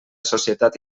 societat